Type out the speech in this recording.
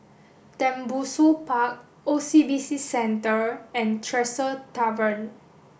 Tembusu Park O C B C Centre and Tresor Tavern